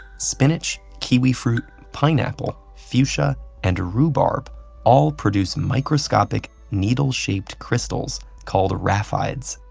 spinach, kiwi fruit, pineapple, fuchsia and rhubarb all produce microscopic needle-shaped crystals called raphides.